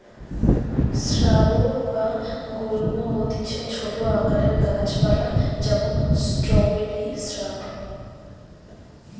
shrub বা গুল্ম হতিছে ছোট আকারের গাছ পালা যেমন স্ট্রওবেরি শ্রাব